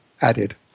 added